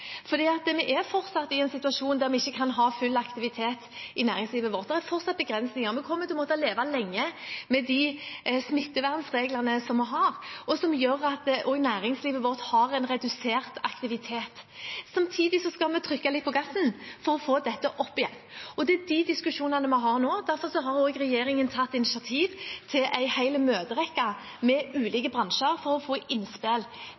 kommer til å måtte leve lenge med de smittevernreglene vi har, og som gjør at næringslivet vårt har redusert aktivitet. Samtidig skal vi trykke litt på gassen for å få dette opp igjen. Det er de diskusjonene vi har nå. Derfor har regjeringen tatt initiativ til en hel rekke møter med ulike bransjer for å få innspill: